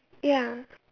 ya